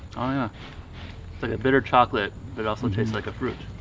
ah like a bitter chocolate but also tastes like a fruit